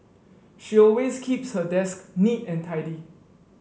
she always keeps her desk neat and tidy